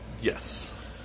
Yes